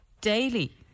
daily